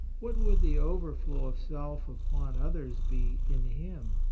what would the over flow of self upon others be in him,